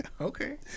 Okay